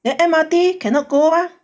then M_R_T cannot go mah